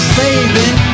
saving